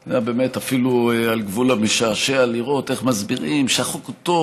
שזה היה אפילו על גבול המשעשע לראות איך מסבירים שהחוק הוא טוב,